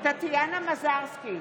טטיאנה מזרסקי,